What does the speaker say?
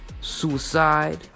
suicide